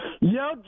Yo